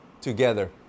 together